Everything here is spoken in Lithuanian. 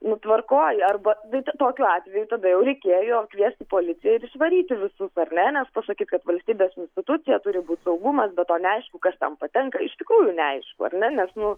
nu tvarkoj arba bet tokiu atveju tada jau reikėjo kviesti policiją ir išvaryti visus ar ne nes pasakyt kad valstybės institucija turi būt saugumas be to neaišku kas ten patenka iš tikrųjų neaišku ar ne nes nu